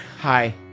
Hi